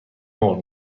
مرغ